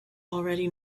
already